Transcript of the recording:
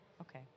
Okay